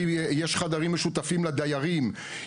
יש חדרים משותפים לדיירים.